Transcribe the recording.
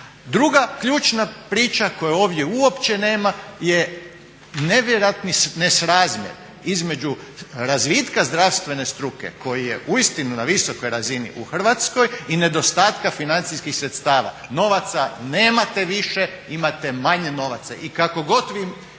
Druga ključna priča koje ovdje uopće nema je nevjerojatni nesrazmjer između razvitka zdravstvene struke koji je uistinu na visokoj razini u Hrvatskoj i nedostatka financijskih sredstava, novaca nemate više, imate manje novaca.